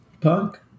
punk